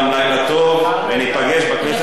ושיהיה לכולם לילה טוב, וניפגש בכנסת הבאה.